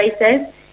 races